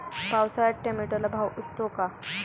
पावसाळ्यात टोमॅटोला भाव असतो का?